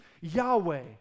Yahweh